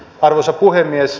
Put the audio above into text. arvoisa puhemies